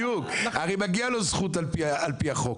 הרי מגיעה לו זכות על פי החוק.